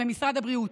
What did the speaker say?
במשרד הבריאות.